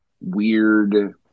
weird